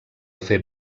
fer